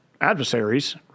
adversaries